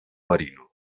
marino